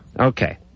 okay